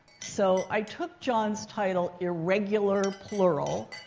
so i took john's title, irregular plural,